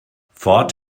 ford